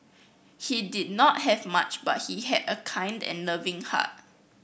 he did not have much but he had a kind and loving heart